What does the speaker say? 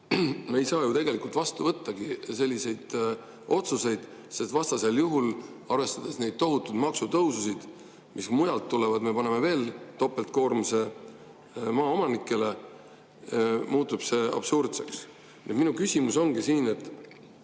me ei saa ju tegelikult vastu võtta selliseid otsuseid. Vastasel juhul, arvestades neid tohutuid maksutõususid, mis mujalt tulevad, me paneme veel topeltkoormuse maaomanikele, muutub see absurdseks. Minu küsimus ongi: kas teie